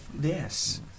Yes